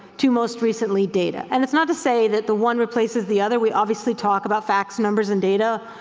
to most recently data, and it's not to say that the one replaces the other. we obviously talk about facts, numbers, and data.